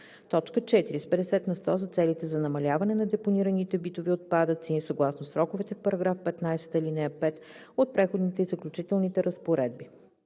4. с 50 на сто за целите за намаляване на депонираните битови отпадъци съгласно сроковете в § 15, ал. 5 от преходните и заключителните разпоредби.“